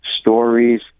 stories